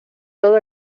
todo